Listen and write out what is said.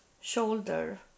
shoulder